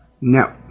No